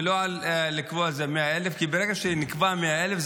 ולא לקבוע על 100,000. ברגע שנקבע 100,000,